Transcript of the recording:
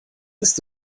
ist